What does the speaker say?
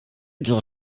der